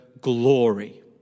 glory